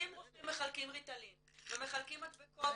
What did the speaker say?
אם רופאים מחלקים ריטלין ומחלקים מדבקות